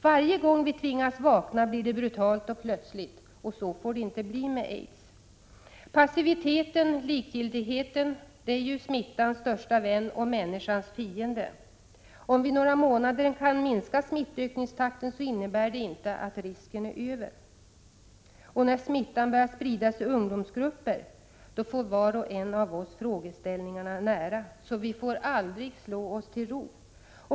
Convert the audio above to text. Varje gång vi tvingas vakna blir det brutalt och plötsligt, och så får det inte bli med aids. Passiviteten—likgiltigheten är ju smittans största vän och människans fiende. Om vi under några månader kan minska smittökningstakten, så innebär det inte att risken är över. När smittan börjar spridas i ungdomsgrupper får var och en av oss frågeställningarna nära inpå oss. Vi får alltså aldrig slå oss till ro.